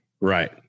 Right